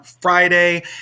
Friday